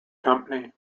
company